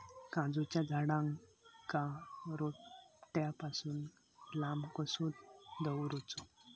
काजूच्या झाडांका रोट्या पासून लांब कसो दवरूचो?